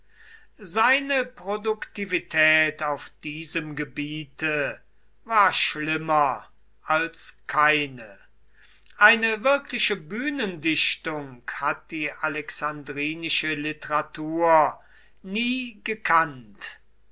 seine produktivität auf diesem gebiete war schlimmer als keine eine wirkliche bühnendichtung hat die alexandrinische literatur nie gekannt